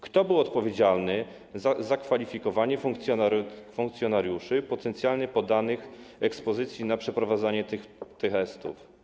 Kto był odpowiedzialny za zakwalifikowanie funkcjonariuszy potencjalnie poddanych ekspozycji na przeprowadzanie tych testów?